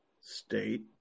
State